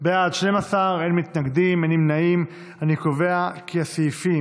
הליכוד, קבוצת סיעת ש"ס,